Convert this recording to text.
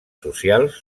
socials